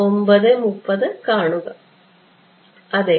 അതെ